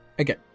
Okay